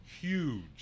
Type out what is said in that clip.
huge